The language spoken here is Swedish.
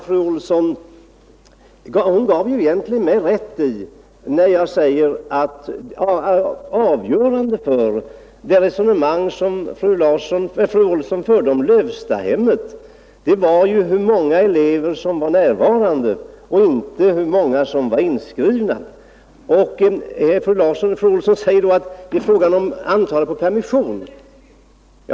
Fru Olsson gav mig rätt när jag sade, att det avgörande för resonemanget som hon förde om Lövstahemmet var hur många elever som var närvarande och inte hur många som var inskrivna.